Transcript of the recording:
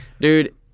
Dude